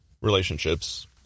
relationships